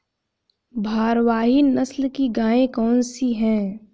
भारवाही नस्ल की गायें कौन सी हैं?